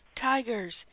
tigers